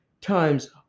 times